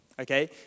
Okay